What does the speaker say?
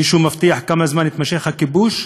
מישהו מבטיח כמה זמן יתמשך הכיבוש?